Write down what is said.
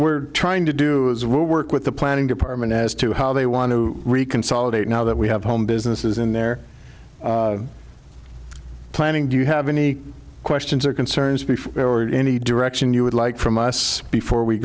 we're trying to do is work with the planning department as to how they want to reconsolidate now that we have home businesses in their planning do you have any questions or concerns before any direction you would like from us before we